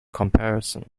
comparison